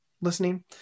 listening